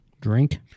Drink